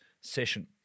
session